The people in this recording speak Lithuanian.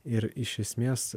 ir iš esmės